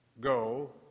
Go